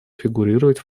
фигурировать